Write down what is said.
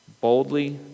Boldly